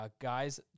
guys